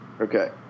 Okay